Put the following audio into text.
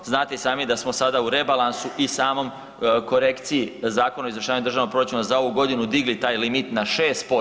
Znate i sami da smo sada u rebalansu i samom korekciji Zakona o izvršavanju državnog proračuna za ovu godinu digli taj limit na 6%